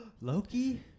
Loki